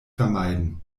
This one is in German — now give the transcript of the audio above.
vermeiden